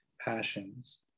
passions